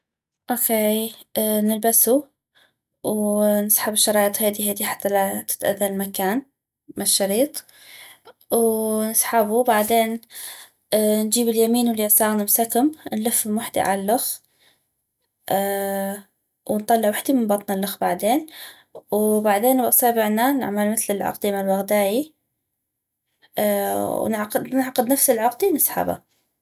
اوكي نلبسو ونسحب الشرايط هيدي هيدي حتى لا تتاذى المكان مال شريط ونسحبو وبعدين نجيب اليمين واليساغ نمسكم نلفم وحدي عل الخ ونطلع وحدي من بطن الخ بعدين وبعدين باصيبعنا نعمل مثل العقدي مال وغداي اي و نعقد نعقد نفس العقدي ونسحبا